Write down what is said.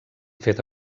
fet